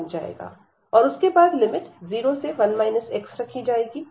और उसके बाद लिमिट 0 से 1 x रखी जाएंगी